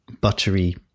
buttery